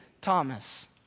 Thomas